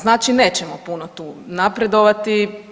Znači nećemo puno tu napredovati.